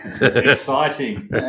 exciting